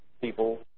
People